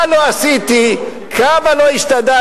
מה לא עשיתי, כמה לא השתדלתי.